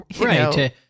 Right